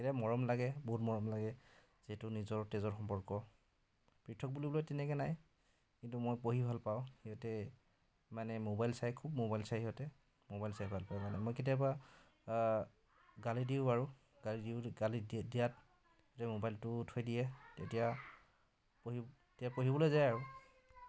তেতিয়া মৰম লাগে বহুত মৰম লাগে যিহেতু নিজৰ তেজৰ সম্পৰ্ক পৃথক বুলিবলৈ তেনেকৈ নাই কিন্তু মই পঢ়ি ভাল পাওঁ সিহঁতে মানে ম'বাইল চায় খুব ম'বাইল চায় সিহঁতে ম'বাইল চাই ভাল পায় মানে মই কেতিয়াবা গালি দিওঁ বাৰু গালি দিওঁ গালি দিয়াত তেতিয়া ম'বাইলটো থৈ দিয়ে তেতিয়া পঢ়ি তেতিয়া পঢ়িবলৈ যায় আৰু